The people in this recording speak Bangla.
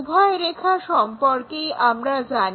উভয় রেখা সম্পর্কেই আমরা জানি